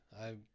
I-